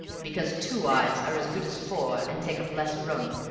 because two eyes are as good as four and take up less room.